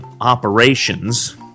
operations